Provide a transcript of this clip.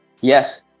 Yes